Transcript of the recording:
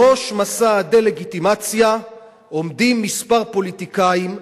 בראש מסע הדה-לגיטימציה עומדים מספר פוליטיקאים,